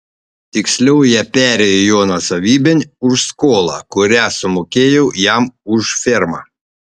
tiksliau jie perėjo jo nuosavybėn už skolą kurią sumokėjau jam už fermą